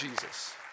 Jesus